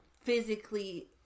physically